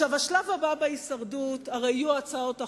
השלב הבא בהישרדות, הרי יהיו הצעות החוק,